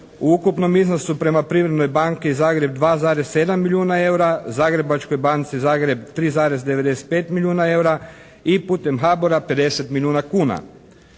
u ukupnom iznosu prema Privrednoj banki Zagreb 2,7 milijuna eura, Zagrebačkoj banci Zagreb 3,95 milijuna eura i putem HABOR-a 50 milijuna kuna.